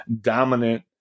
dominant